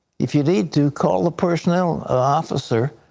if you need to, call the personnel officer,